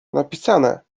napisane